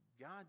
God